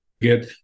get